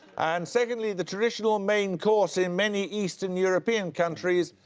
and secondly, the traditional main course in many eastern european countries,